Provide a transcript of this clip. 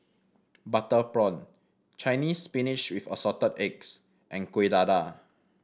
butter prawn Chinese Spinach with Assorted Eggs and Kuih Dadar